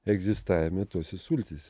egzistavimą tose sultyse